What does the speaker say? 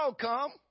come